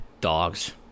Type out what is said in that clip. Dogs